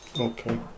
Okay